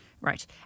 Right